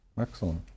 Excellent